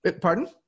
Pardon